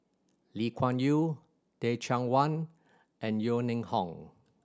Lee Kuan Yew Teh Cheang Wan and Yeo Ning Hong